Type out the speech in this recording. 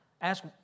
ask